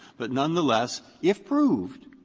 but nonetheless, if proved,